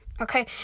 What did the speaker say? okay